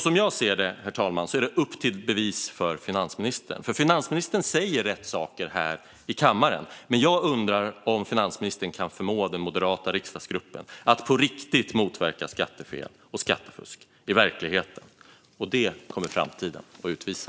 Som jag ser det, herr talman, är det upp till bevis för finansministern. Finansministern säger rätt saker här i kammaren, men jag undrar om finansministern kan förmå den moderata riksdagsgruppen att på riktigt motverka skattefel och skattefusk i verkligheten. Detta kommer framtiden att få utvisa.